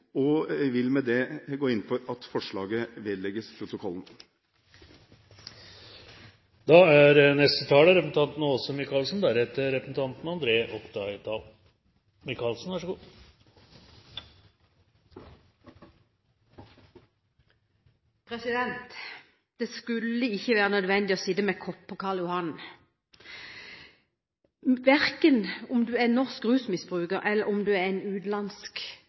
og vil med det gå inn for at forslaget vedlegges protokollen. Det skulle ikke være nødvendig å sitte med kopp på Karl Johan, verken om en er norsk rusmiddelmisbruker, eller om en er en utenlandsk